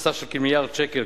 בסך כמיליארד שקל,